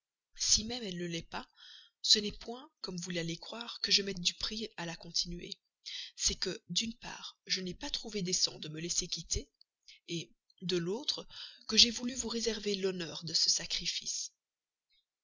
si même elle ne l'est pas ce n'est pas comme peut-être vous l'allez croire que je mette du prix à la continuer mais c'est que d'une part je n'ai pas trouvé décent de me laisser quitter et de l'autre que j'ai voulu vous réserver l'hommage de ce sacrifice